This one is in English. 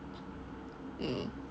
mm